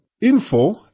info